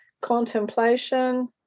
contemplation